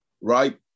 right